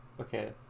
Okay